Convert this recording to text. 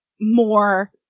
more